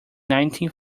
nineteen